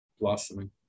blossoming